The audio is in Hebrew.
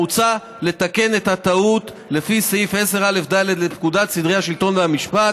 מוצע לתקן את הטעות לפי סעיף 10א(ד) לפקודת סדרי השלטון והמשפט.